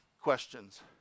questions